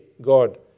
God